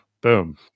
boom